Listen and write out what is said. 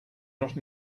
not